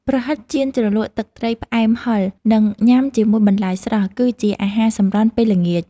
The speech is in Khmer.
ប្រហិតចៀនជ្រលក់ទឹកត្រីផ្អែមហិរ និងញ៉ាំជាមួយបន្លែស្រស់ គឺជាអាហារសម្រន់ពេលល្ងាច។